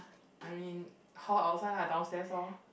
I mean hall outside lah downstairs loh